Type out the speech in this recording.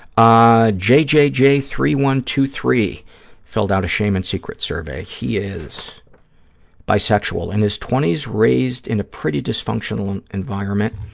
ah j j j three one two three filled out a shame and secrets survey. he is bisexual, in his twenty s, raised in a pretty dysfunctional and environment.